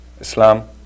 Islam